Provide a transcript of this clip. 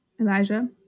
Elijah